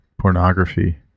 pornography